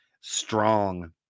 strong